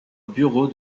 bureau